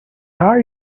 are